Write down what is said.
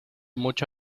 mucho